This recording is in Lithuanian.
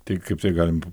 tai kaip tai galim